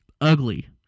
ugly